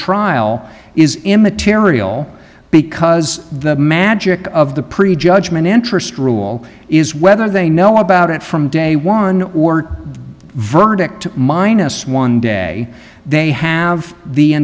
trial is immaterial because the magic of the pre judgment interest rule is whether they know about it from day one or verdict minus one day they have the